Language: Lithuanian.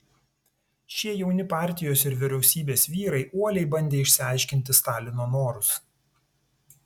šie jauni partijos ir vyriausybės vyrai uoliai bandė išsiaiškinti stalino norus